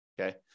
okay